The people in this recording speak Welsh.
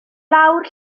lawr